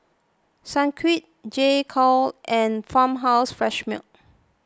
Sunquick J Co and Farmhouse Fresh Milk